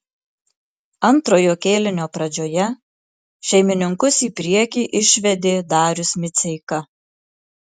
antrojo kėlinio pradžioje šeimininkus į priekį išvedė darius miceika